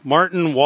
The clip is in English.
Martin